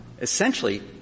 essentially